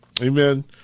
Amen